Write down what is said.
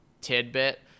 tidbit